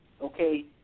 Okay